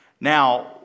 Now